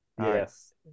Yes